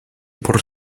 por